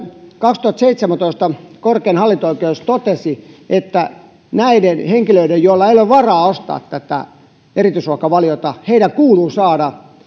kaksituhattaseitsemäntoista korkein hallinto oikeus totesi että näiden henkilöiden joilla ei ole varaa ostaa tätä erityisruokavaliota kuuluu saada